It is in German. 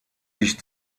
sich